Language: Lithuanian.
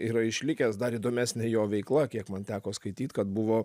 yra išlikęs dar įdomesnė jo veikla kiek man teko skaityt kad buvo